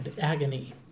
agony